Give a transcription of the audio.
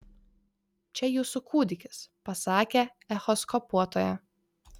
čia jūsų kūdikis pasakė echoskopuotoja